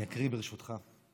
אני אקריא, ברשותך: